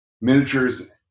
miniatures